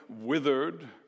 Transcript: withered